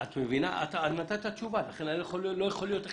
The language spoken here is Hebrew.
אתה נתת תשובה, לכן אני לא יכול להיות החלטי.